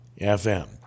FM